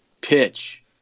pitch